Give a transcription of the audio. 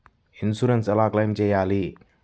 Insurance ఎలా claim చేయాలి?